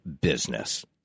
business